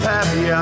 Happy